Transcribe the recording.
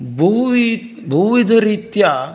बहुवि बहुविधरीत्या